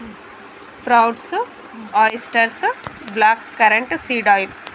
sprouts oysters black currant seed oil